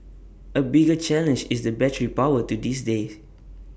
A bigger challenge is the battery power to this day